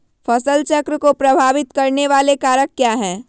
फसल चक्र को प्रभावित करने वाले कारक क्या है?